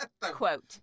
quote